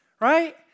Right